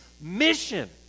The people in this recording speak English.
mission